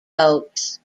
boats